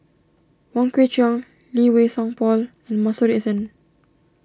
Wong Kwei Cheong Lee Wei Song Paul and Masuri S N